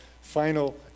final